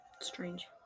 strange